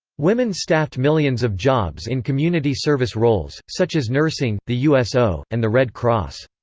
women staffed millions of jobs in community service roles, such as nursing, the uso, and the red cross.